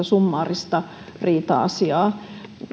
summaarista riita asiaa